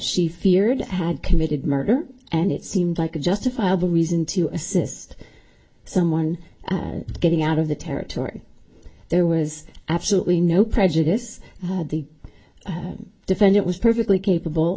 she feared had committed murder and it seemed like a justifiable reason to assist someone getting out of the territory there was absolutely no prejudice the defendant was perfectly capable